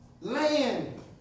land